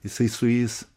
jisai su jais